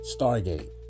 Stargate